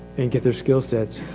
and get their skill sets,